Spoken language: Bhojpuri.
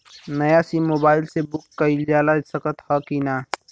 नया सिम मोबाइल से बुक कइलजा सकत ह कि ना?